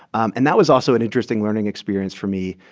and that was also an interesting learning experience for me.